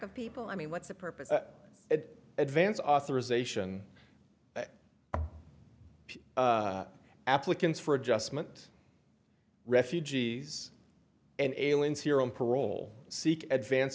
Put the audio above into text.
of people i mean what's the purpose of advance authorization applicants for adjustment refugees and aliens here on parole seek advance